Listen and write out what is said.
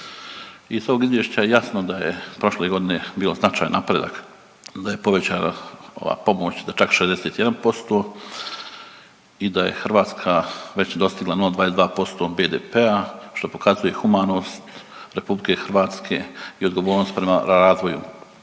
Iz tog izvješća je jasno je da prošle godine bio značajan napredak, da je povećana ova pomoć za čak 61% i da je Hrvatska već dostigla 0,22% BDP-a, što pokazuje humanost RH i odgovornost prema razvoju